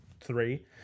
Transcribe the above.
three